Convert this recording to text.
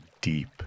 deep